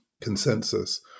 consensus